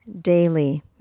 daily